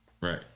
right